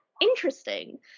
interesting